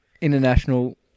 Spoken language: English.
international